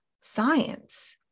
science